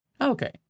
Okay